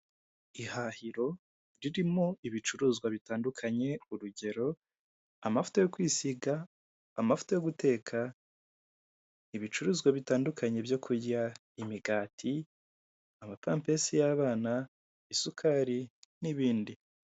Ihahiro ririmo ibicuruzwa bitandukanye urugero amavuta yo kwisiga, amavuta yo guteka ,ibicuruzwa bitandukanye byo kurya imigati ,amampegisi y'abana, isukari n'ibindi..